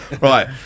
Right